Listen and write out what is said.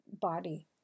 body